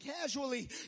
casually